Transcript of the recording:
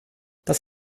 das